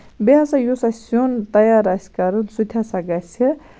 بیٚیہِ ہسا یُس اَسہِ سیُن تَیار آسہِ کَرُن سُہ تہِ ہسا گژھِ